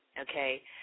okay